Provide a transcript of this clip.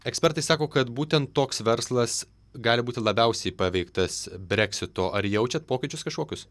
ekspertai sako kad būtent toks verslas gali būti labiausiai paveiktas breksito ar jaučiat pokyčius kažkokius